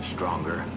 Stronger